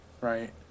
right